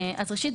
ראשית,